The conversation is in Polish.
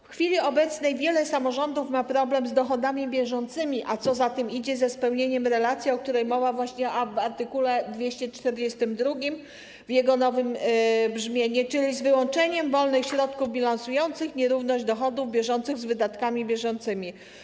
W chwili obecnej wiele samorządów ma problem z dochodami bieżącymi, a co za tym idzie - z relacją, o której mowa właśnie w art. 242 w jego nowym brzmieniu, czyli z wyłączeniem wolnych środków bilansujących nierówność dochodów bieżących z wydatkami bieżącymi.